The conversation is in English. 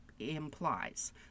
implies